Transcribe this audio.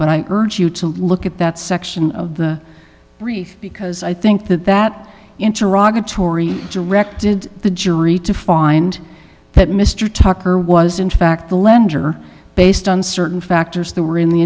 but i urge you to look at that section of the brief because i think that that interoperate tory directed the jury to find that mr tucker was in fact the lender based on certain factors that were in the